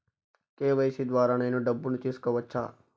KYC ద్వారా నేను డబ్బును తీసుకోవచ్చా?